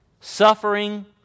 Suffering